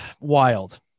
wild